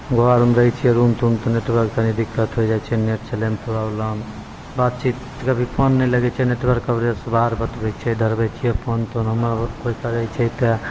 घरमे रहै छिए रूम तूम तऽ नेटवर्क तनि दिक्कत होइ जाइ छै नेट चलैमे प्रॉब्लम बातचीत कभी फोन नहि लगै छै नेटवर्क कवरेजसे बाहर बतबै छै धरबै छिए फोन तोन हमरा कोइ करै छै तऽ